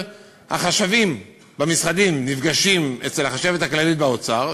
החשבים במשרדים נפגשים אצל החשבת הכללית באוצר,